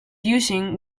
using